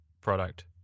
product